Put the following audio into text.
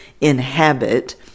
inhabit